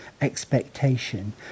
expectation